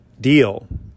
deal